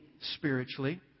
spiritually